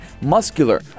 muscular